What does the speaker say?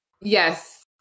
Yes